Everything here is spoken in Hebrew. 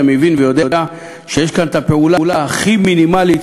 היה מבין ויודע שיש כאן הפעולה הכי מינימלית,